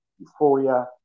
euphoria